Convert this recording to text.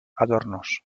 adornos